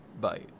Bye